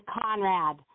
Conrad